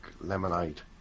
lemonade